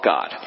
God